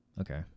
Okay